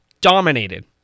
dominated